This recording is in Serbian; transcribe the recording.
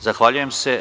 Zahvaljujem se.